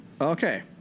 Okay